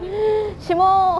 shimo